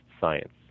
science